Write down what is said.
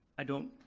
i don't,